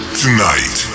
tonight